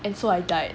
and so I died